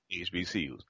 HBCUs